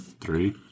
three